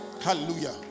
hallelujah